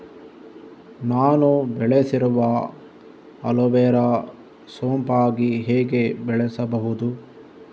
ನಾನು ಬೆಳೆಸಿರುವ ಅಲೋವೆರಾ ಸೋಂಪಾಗಿ ಹೇಗೆ ಬೆಳೆಸಬಹುದು?